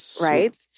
right